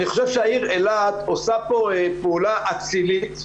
אני חושב שהעיר אילת עושה פה פעולה אצילית,